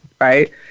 Right